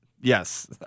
yes